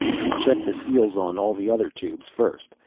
he checked the seals on all the other tubes first,